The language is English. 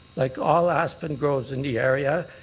like all aspen groves in the area,